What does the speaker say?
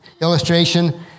illustration